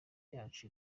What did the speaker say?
yacu